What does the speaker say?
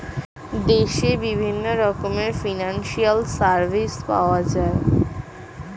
দেশে বিভিন্ন রকমের ফিনান্সিয়াল সার্ভিস পাওয়া যায়